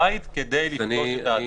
המגבלה כפי שהיא כתובה כיום לא הייתה קיימת.